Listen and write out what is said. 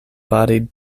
bodied